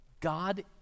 God